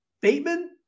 Bateman